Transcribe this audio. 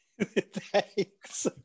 Thanks